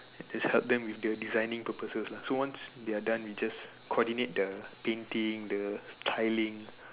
just help them with their designing purposes lah so once they're done we just coordinate the painting the tiling